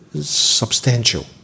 substantial